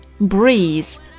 Breeze